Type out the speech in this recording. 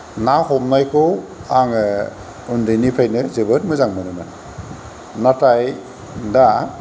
ना हमनायखौ आङो उन्दैनिफ्रायनो जोबोद मोजां मोनोमोन नाथाय दा